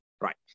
Right